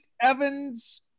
Evans